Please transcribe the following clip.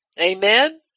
Amen